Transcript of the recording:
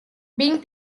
being